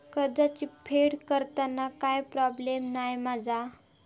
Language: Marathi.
कर्जाची फेड करताना काय प्रोब्लेम नाय मा जा?